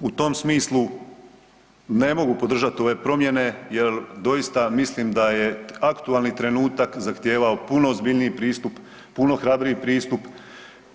U tom smislu, ne mogu podržati ove promjene jer doista mislim da je aktualni trenutak zahtijevao puno ozbiljniji pristup, puno hrabriji pristup,